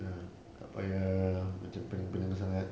ya tak payah macam pening-pening sangat